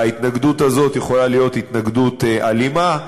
וההתנגדות הזאת יכולה להיות התנגדות אלימה.